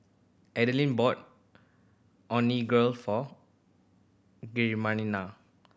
Alden bought Onigiri for Georgianna